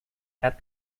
had